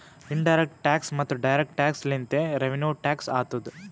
in direct tax ಮತ್ತ direct tax ಲಿಂತೆ revenue tax ಆತ್ತುದ್